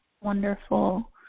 wonderful